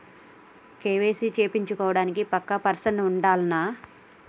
KYC చేపిచ్చుకోవడానికి పక్కా person ఉండాల్నా?